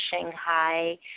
Shanghai